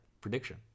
prediction